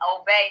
obey